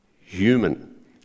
human